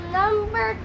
number